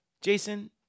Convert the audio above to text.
Jason